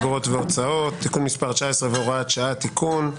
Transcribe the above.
אגרות והוצאות (תיקון מס' 19 והוראת שעה) (תיקון),